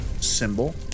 symbol